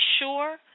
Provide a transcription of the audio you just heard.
sure